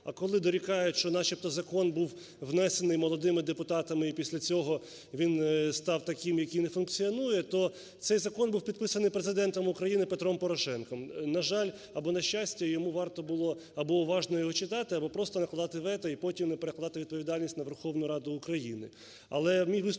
А коли дорікають, що начебто закон був внесений молодими депутатами і після цього він став таким, який не функціонує, то цей закон був підписаний Президентом України Петром Порошенком, на жаль, або на щастя, йому варто було або уважно його читати, або просто накладати вето і потім не перекладати відповідальність на Верховну Раду України.